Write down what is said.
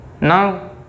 now